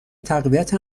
تقویت